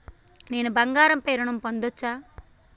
నేను బంగారం పై ఋణం పొందచ్చా?